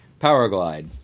Powerglide